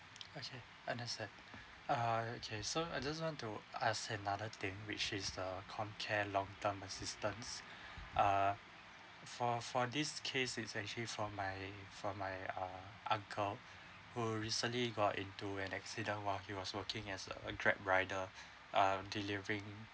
okay understand uh okay so I just want to ask another thing which is the comcare long term assistance uh for for this case is actually for my for my uh uncle who recently got into an accident while he was working as a a grab rider uh delivering